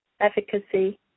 efficacy